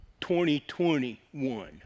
2021